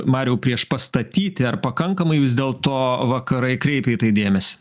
mariau priešpastatyti ar pakankamai vis dėlto vakarai kreipia į tai dėmesį